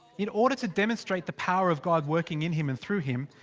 in order to demonstrate the power of god working in him and through him.